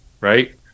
right